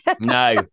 No